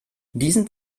diesen